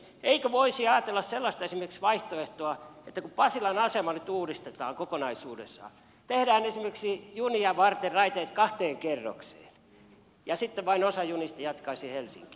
eikö voisi ajatella esimerkiksi sellaista vaihtoehtoa että kun pasilan asema nyt uudistetaan kokonaisuudessaan niin tehdään esimerkiksi junia varten raiteet kahteen kerrokseen ja sitten vain osa junista jatkaisi helsinkiin